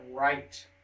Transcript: right